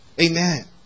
Amen